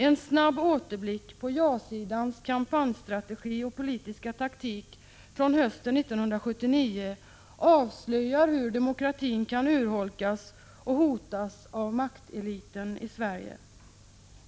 En snabb återblick på ja-sidans kampanjstrategi och politiska taktik från hösten 1979 avslöjar hur demokratin kan urholkas och hotas av makteliten i Sverige.